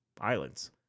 islands